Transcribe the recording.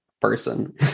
person